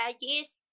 Yes